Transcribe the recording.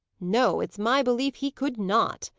no, it's my belief he could not,